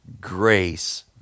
grace